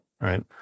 right